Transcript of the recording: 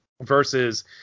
versus